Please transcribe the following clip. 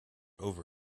over